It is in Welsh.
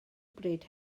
bryd